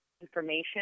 information